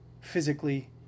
Physically